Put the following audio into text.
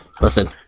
listen